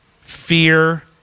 fear